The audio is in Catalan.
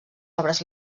obres